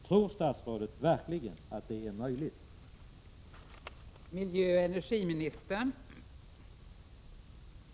Tror statsrådet verkligen att det är möjligt att fullfölja målen?